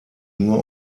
nur